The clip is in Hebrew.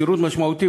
שירות משמעותי,